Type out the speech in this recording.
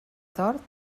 tort